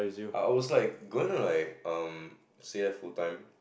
I was like going to like um stay there full time